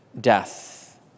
death